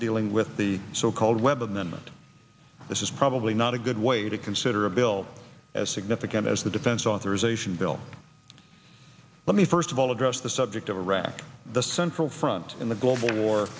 dealing with the so called webb amendment this is probably not a good way to consider a bill as significant as the defense authorization bill let me first of all address the subject of iraq the central front in the global war